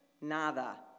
nada